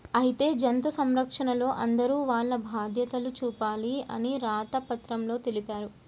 అయితే జంతు సంరక్షణలో అందరూ వాల్ల బాధ్యతలు చూపాలి అని రాత పత్రంలో తెలిపారు